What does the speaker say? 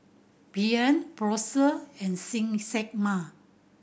Brien Prosper and Ximena